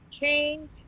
change